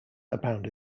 abound